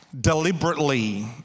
deliberately